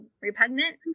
repugnant